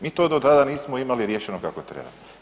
Mi to do tada nismo imali riješeno kako treba.